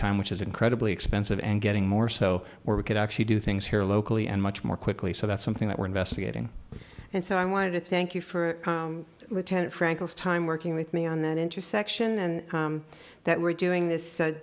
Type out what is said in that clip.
time which is incredibly expensive and getting more so we could actually do things here locally and much more quickly so that's something that we're investigating and so i want to thank you for lieutenant frankel's time working with me on that intersection and that we're doing this